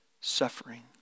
suffering